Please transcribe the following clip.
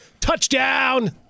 Touchdown